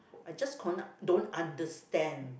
I just con~ don't understand